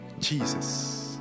Jesus